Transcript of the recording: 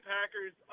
Packers